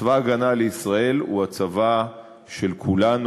צבא ההגנה לישראל הוא הצבא של כולנו.